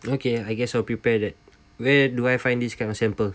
okay I guess I'll prepared that where do I find this kind of sample